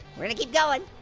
we're gonna keep going.